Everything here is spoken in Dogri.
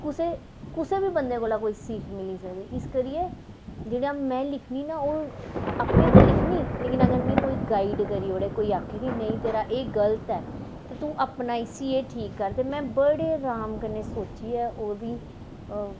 कुसै कुसै बी बंदे कोला कोई सीख मिली सकदी इस करियै जेह्ड़ा में लिखनी ना ओह् आपें ते लिखनी लेकिन अगर मिगी कोई गाईड करी ओड़े कोई आक्खै कि नेईं तेरा गलत ऐ ते तूं अपना इसी एह् ठीक कर ते में बड़े राम कन्नै सोचियै ओह्दी